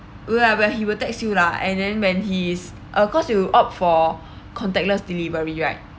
where he will text you lah and then when he is of course you opt for contactless delivery right